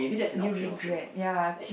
you regret ya